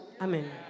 Amen